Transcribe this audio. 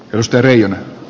rosteriin